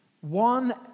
One